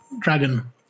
dragon